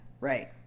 Right